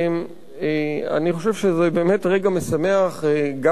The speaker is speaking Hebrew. אני חושב שזה באמת רגע משמח לכולנו,